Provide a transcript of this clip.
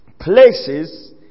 places